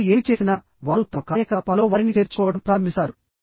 వారు ఏమి చేసినా వారు తమ కార్యకలాపాల్లో వారిని చేర్చుకోవడం ప్రారంభిస్తారు